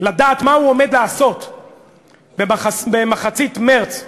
לדעת מה הוא עומד לעשות במחצית מרס 2015,